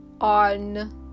on